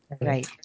right